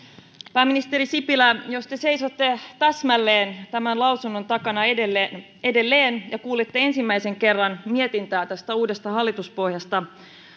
pääministeri sipilä jos te seisotte täsmälleen tämän lausunnon takana edelleen edelleen ja kuulitte ensimmäisen kerran mietintää tästä uudesta hallituspohjasta